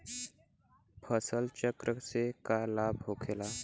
फसल चक्र से का लाभ होखेला?